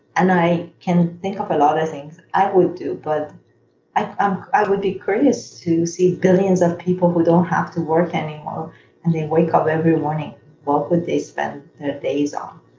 and i can think of a lot of things i would do, but i um i would be graced to see billions of people who don't have to work anymore and they wake up every morning what would they spend their days on?